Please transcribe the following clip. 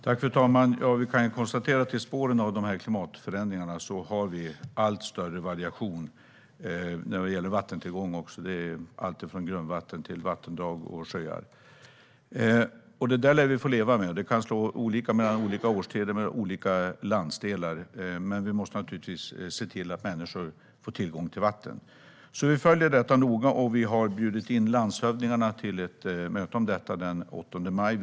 Fru talman! Vi kan konstatera att i spåren av klimatförändringarna har vi allt större variation när det gäller vattentillgång. Det gäller allt från grundvatten till vattendrag och sjöar. Det lär vi få leva med. Det kan slå olika mellan olika årstider och olika landsdelar, men vi måste naturligtvis se till att människor har tillgång till vatten. Vi följer detta noga, och vi har bjudit in landshövdingarna till ett möte om detta den 8 maj.